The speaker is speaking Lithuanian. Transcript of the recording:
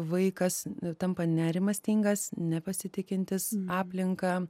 vaikas tampa nerimastingas nepasitikintis aplinka